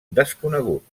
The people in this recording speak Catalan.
desconeguts